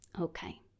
Okay